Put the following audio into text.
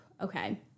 okay